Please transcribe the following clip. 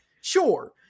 sure